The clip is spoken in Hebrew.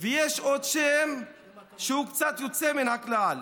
ויש עוד שם, שהוא קצת יוצא מן הכלל,